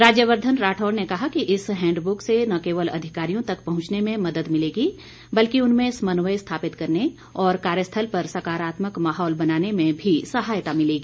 राज्यवर्धन राठौड़ ने कहा कि इस हैंडबुक से न केवल अधिकारियों तक पहुंचने में मदद मिलेगी बल्कि उनमें समन्वय स्थापित करने और कार्यस्थल पर सकारात्मक माहौल बनाने में भी सहायता मिलेगी